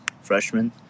freshman